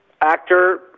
actor